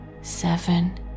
Seven